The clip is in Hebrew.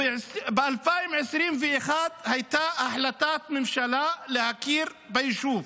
ב-2021 הייתה החלטת ממשלה להכיר ביישוב